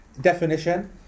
definition